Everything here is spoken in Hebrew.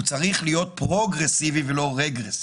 הוא צריך להיות פרוגרסיבי ולא רגרסיבי.